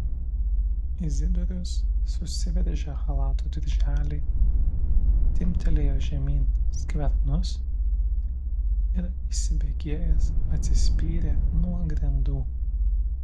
izidorius susiveržė chalato dirželį timptelėjo žemyn skvernus ir įsibėgėjęs atsispyrė nuo grindų